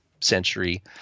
century –